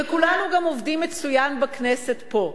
וכולנו גם עובדים מצוין בכנסת פה.